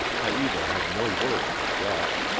haita had no word for death.